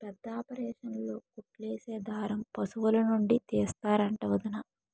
పెద్దాపరేసన్లో కుట్లేసే దారం పశులనుండి తీస్తరంట వొదినా